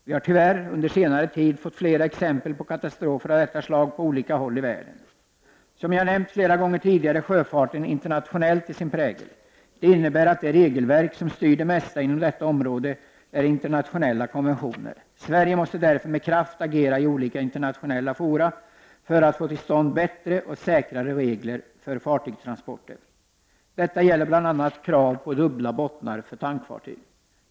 Vi har tyvärr under senare tid fått flera exempel på katastrofer av detta slag på olika håll i världen. Som jag nämnt flera gånger tidigare är sjöfarten internationell till sin prägel. Det innebär att de regelverk som styr det mesta inom detta område är internationella konventioner. Sverige måste därför med kraft agera i olika internationella fora för att få till stånd bättre och säkrare regler för fartygstransporter. Detta gäller bl.a. krav på dubbla bottnar för tankfartyg.